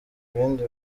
ibindi